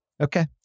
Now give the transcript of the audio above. Okay